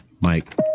Mike